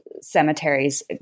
cemeteries